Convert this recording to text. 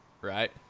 right